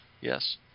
Yes